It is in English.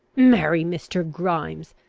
marry mr. grimes!